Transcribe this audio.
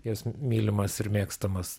jos mylimas ir mėgstamas